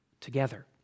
together